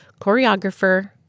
choreographer